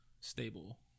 stable